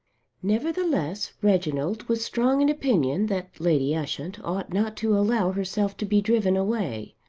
nevertheless reginald was strong in opinion that lady ushant ought not to allow herself to be driven away,